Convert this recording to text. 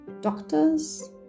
doctors